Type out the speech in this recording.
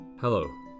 Hello